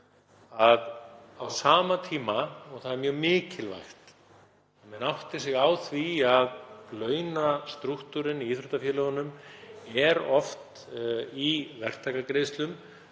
hafa gert, því að það er mjög mikilvægt að menn átti sig á því að launastrúktúrinn í íþróttafélögunum er oft í verktakagreiðslum